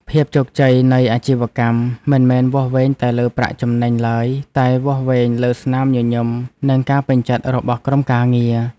ភាពជោគជ័យនៃអាជីវកម្មមិនមែនវាស់វែងតែលើប្រាក់ចំណេញឡើយ តែវាស់វែងលើស្នាមញញឹមនិងការពេញចិត្តរបស់ក្រុមការងារ។